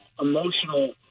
emotional